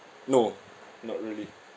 no not really